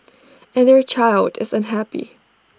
and their child is unhappy